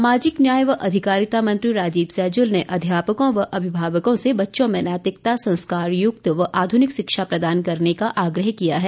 सामाजिक न्याय व अधिकारिता मंत्री राजीव सैजल ने अध्यापकों व अभिभावकों से बच्चों में नैतिकता संस्कारयुक्त व आधुनिक शिक्षा प्रदान करने का आग्रह किया है